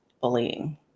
bullying